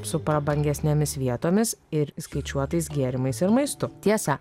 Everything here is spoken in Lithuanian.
su prabangesnėmis vietomis ir įskaičiuotais gėrimais ir maistu tiesa